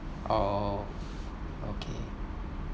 oh okay